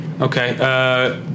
Okay